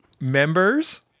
members